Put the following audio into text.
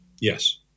Yes